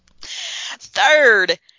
Third